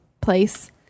place